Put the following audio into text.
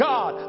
God